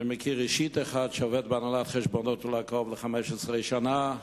אני מכיר אישית אחד שעובד בהנהלת חשבונות קרוב ל-15 שנה,